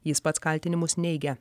jis pats kaltinimus neigia